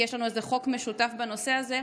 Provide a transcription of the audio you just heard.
יש לנו איזה חוק משותף בנושא הזה.